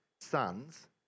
sons